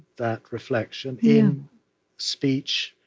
that reflection, in speech,